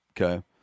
Okay